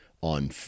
on